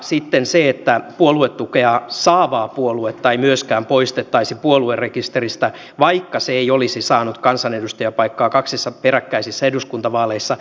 sitten se että puoluetukea saavaa puoluetta ei myöskään poistettaisi puoluerekisteristä vaikka se ei olisi saanut kansanedustajapaikkaa kaksissa peräkkäisissä eduskuntavaaleissa